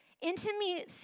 Intimacy